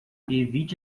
evite